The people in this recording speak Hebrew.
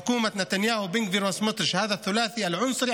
בממשלת נתניהו, בן גביר וסמוטריץ', השלישייה